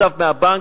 מכתב מהבנק,